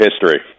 history